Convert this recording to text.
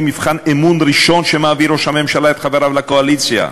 היא מבחן אמון ראשון שמעביר ראש הממשלה את חבריו לקואליציה,